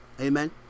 Amen